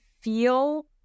feel